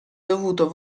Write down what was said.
dovuto